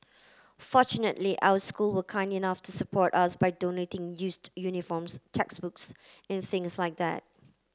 fortunately our school were kind enough to support us by donating used uniforms textbooks and things like that